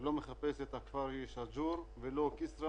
הוא לא מחפש את הכפר סאג'ור או את כסרא